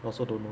also don't know